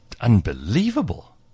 unbelievable